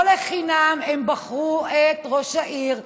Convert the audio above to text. לא לחינם הם בחרו את ראש העיר,